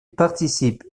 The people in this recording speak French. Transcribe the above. participe